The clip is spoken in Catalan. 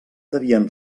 devien